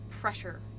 pressure